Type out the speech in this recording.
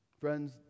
friends